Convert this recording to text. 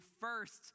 first